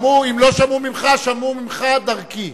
אם לא שמעו ממך, שמעו ממך דרכי.